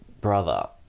...brother